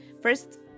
first